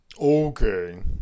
Okay